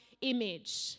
image